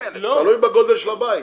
בגודל של הבית,